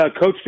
coach